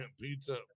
pizza